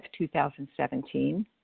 2017